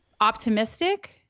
optimistic